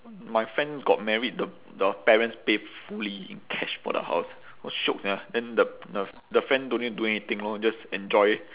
my friends got married the the parents pay fully in cash for the house !wah! shiok sia then the the the friend don't need do anything lor just enjoy